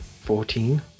Fourteen